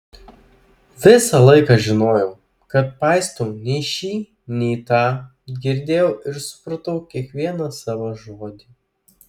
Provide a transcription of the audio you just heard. visą laiką žinojau kad paistau nei šį nei tą girdėjau ir supratau kiekvieną savo žodį